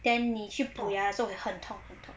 then 你去补牙就会很痛很痛